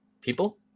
people